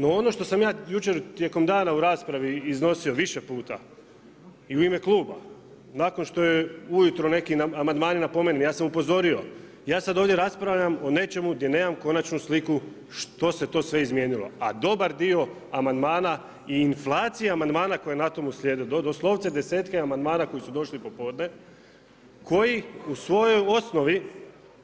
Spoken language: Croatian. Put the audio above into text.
No ono što sam ja jučer tijekom dana u raspravi iznosio više puta i u ime kluba, nakon što je ujutro neki amandmani, da napomenem, ja sam upozorio, ja sada ovdje raspravljam o nečemu gdje nemam konačnu sliku što se to sve izmijenilo a dobar dio amandmana i inflacije amandmana koje je na tome uslijedilo, doslovce desetke amandmana koji su došli popodne koji u svojoj osnovi,